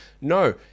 No